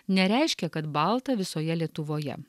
nereiškia kad balta visoje lietuvoje